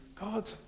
God